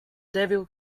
devil